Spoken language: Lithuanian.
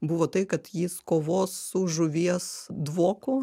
buvo tai kad jis kovos su žuvies dvoku